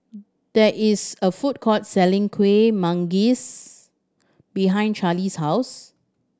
there is a food court selling Kueh Manggis behind Carlie's house